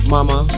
Mama